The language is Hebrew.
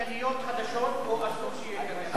אז אני אומר לך, תשמע רגע